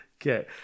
Okay